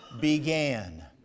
began